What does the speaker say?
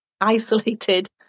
isolated